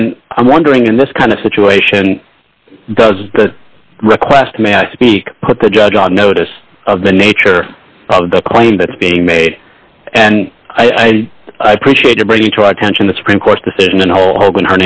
and i'm wondering in this kind of situation does the request may i speak put the judge on notice of the nature of the claim that's being made and i appreciate your bringing to our attention the supreme court's decision in holding